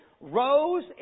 rose